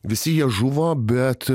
visi jie žuvo bet